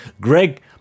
Greg